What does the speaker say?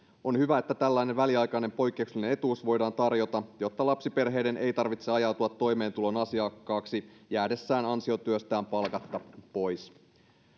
on hyvä että tällainen väliaikainen poikkeuksellinen etuus voidaan tarjota jotta lapsiperheiden ei tarvitse ajautua toimeentulon asiakkaiksi jäädessään ansiotyöstään palkatta pois